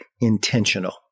intentional